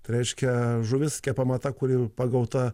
tai reiškia žuvis kepama tą kuri pagauta